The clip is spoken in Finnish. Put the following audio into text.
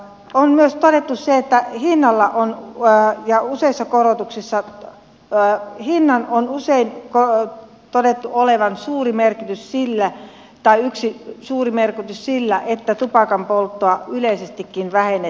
on myös arkiseen hinnalla on vähän ja todettu se että hinnalla on usein todettu olevan yhtenä suuri merkitys sille että tupakanpolttoa yleisestikin vähennetään